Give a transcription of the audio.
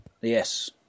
Yes